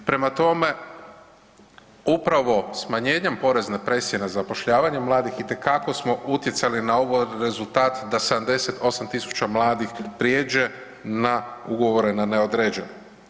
Prema tome, upravo smanjenjem porezne presije na zapošljavanje mladih itekako smo utjecali na ovaj rezultat da 78 000 mladih prijeđe na ugovoren na neodređeno.